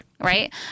Right